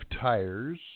tires